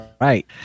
Right